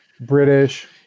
British